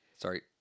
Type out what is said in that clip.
Sorry